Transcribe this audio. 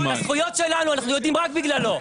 את הזכויות שלנו אנחנו יודעים רק בגללו.